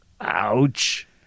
Ouch